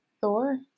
Thor